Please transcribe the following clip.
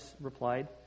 replied